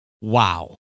wow